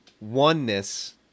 oneness